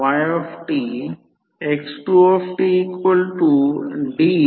44 f ∅m N1V secondary side देखील 4